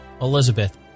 Elizabeth